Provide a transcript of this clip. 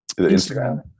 Instagram